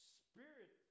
spirit